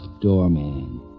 doorman